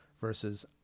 versus